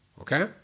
Okay